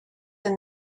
and